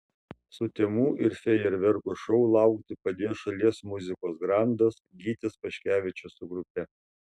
sutemų ir fejerverkų šou laukti padės šalies muzikos grandas gytis paškevičius su grupe